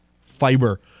fiber